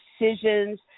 decisions